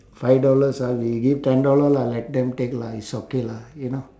five dollars ah we give ten dollar lah let them take lah it's okay lah you know